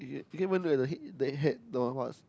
you didn't even look at the head the head the what